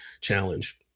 challenge